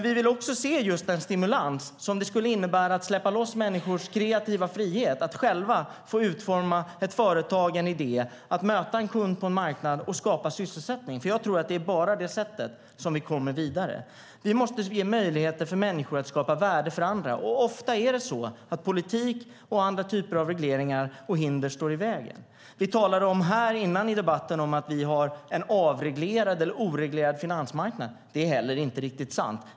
Vi vill också se den stimulans som det skulle innebära att släppa loss människors kreativa frihet att själva få utforma ett företag eller en idé, möta en kund på en marknad och skapa sysselsättning. Det är bara på det sättet som vi kommer vidare. Vi måste ge möjlighet för människor att skapa värde för andra. Ofta är det så att politik och andra typer av regleringar och hinder står i vägen. Vi talade här innan i debatten om att vi har en avreglerad eller oreglerad finansmarknad. Det är heller inte riktigt sant.